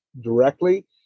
directly